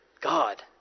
God